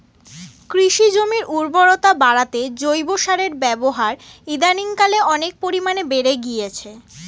কৃষি জমির উর্বরতা বাড়াতে জৈব সারের ব্যবহার ইদানিংকালে অনেক পরিমাণে বেড়ে গিয়েছে